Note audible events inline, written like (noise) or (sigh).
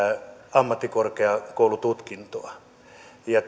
ammattikorkeakoulututkintoa ja (unintelligible)